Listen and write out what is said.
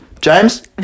James